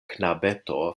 knabeto